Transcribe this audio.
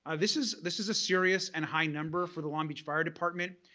ah this is this is a serious and high number for the long beach fire department.